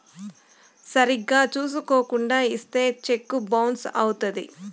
సరిగ్గా చూసుకోకుండా ఇత్తే సెక్కు బౌన్స్ అవుత్తది